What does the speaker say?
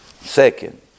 Second